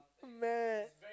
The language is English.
mad